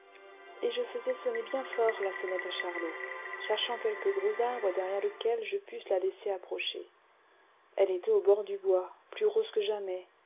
et je faisais sonner bien fort la sonnette à charlot cherchant quelque gros arbre derrière lequel je pusse la laisser approcher elle était au bord du bois plus rose que jamais